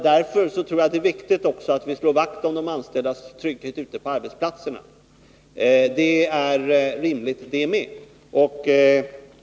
Därför är det viktigt att vi slår vakt om de anställdas trygghet ute på arbetsplatserna. Det är också rimligt.